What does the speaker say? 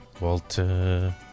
Walter